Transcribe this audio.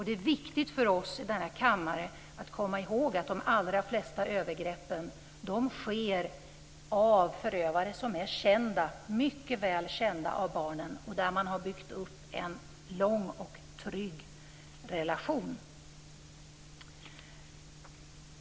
Det är viktigt för oss i denna kammare att komma ihåg att de allra flesta övergreppen sker av förövare som är kända, mycket väl kända, av barnen och där man har byggt upp en lång och trygg relation.